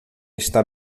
está